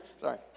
sorry